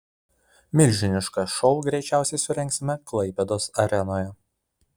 milžinišką šou greičiausiai surengsime klaipėdos arenoje